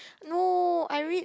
no I read